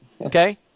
Okay